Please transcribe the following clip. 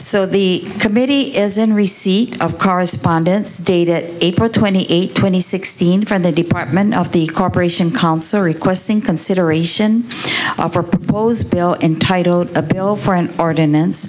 so the committee is in receipt of correspondence dated april twenty eighth twenty sixteen from the department of the corporation concert requesting consideration of proposed bill entitled a bill for an ordinance